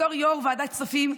בתור יו"ר ועדת כספים,